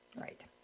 Right